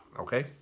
okay